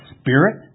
Spirit